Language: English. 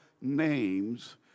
names